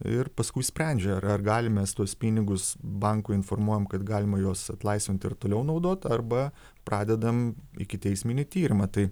ir paskui sprendžia ar ar galim mes tuos pinigus bankui informuojam kad galima juos atlaisvinti ir toliau naudot arba pradedam ikiteisminį tyrimą tai